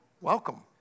Welcome